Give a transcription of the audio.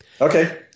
Okay